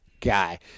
guy